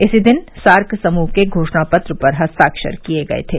इसी दिन सार्क समूह के घोषणा पत्र पर हस्ताक्षर किए गए थे